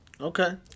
Okay